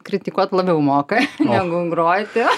kritikuot labiau moka negu groti